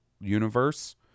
universe